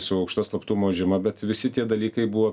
su aukšta slaptumo žyma bet visi tie dalykai buvo